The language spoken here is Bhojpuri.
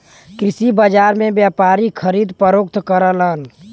कृषि बाजार में व्यापारी खरीद फरोख्त करलन